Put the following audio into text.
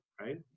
right